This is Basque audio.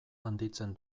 handitzen